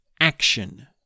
action